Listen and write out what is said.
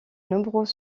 nombreux